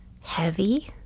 Heavy